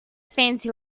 fancy